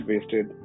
wasted